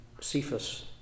Cephas